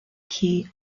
key